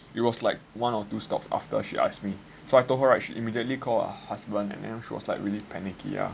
it was like one or two stops after she asked me so I told her right she immediately call her husband and she was like really panicky ah